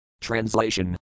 Translation